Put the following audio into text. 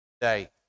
today